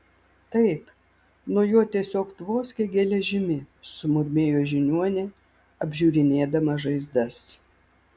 taip nuo jo tiesiog tvoskia geležimi sumurmėjo žiniuonė apžiūrinėdama žaizdas